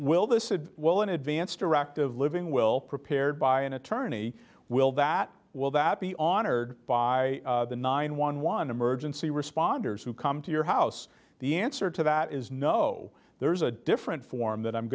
we'll this is well an advance directive living will prepared by an attorney will that will that be on heard by the nine one one emergency responders who come to your house the answer to that is no there's a different form that i'm